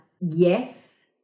yes